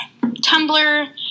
Tumblr